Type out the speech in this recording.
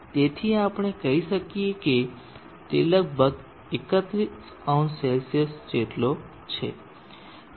તેથી આપણે કહી શકીએ કે તે લગભગ 310C જેટલો છે